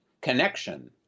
connection